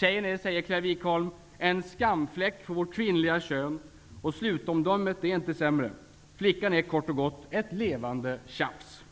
Hon är -- säger Clarie Wikholm -- ''en skamfläck för vårt kvinnliga kön'' och slutomdömet är inte sämre. Flickan är kort och gott ''ett levande tjafs''.